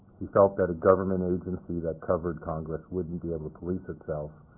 he felt that a government agency that covered congress wouldn't be able to police itself,